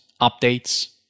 updates